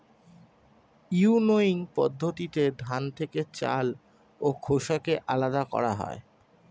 winnowing পদ্ধতিতে ধান থেকে চাল ও খোসাকে আলাদা করা হয়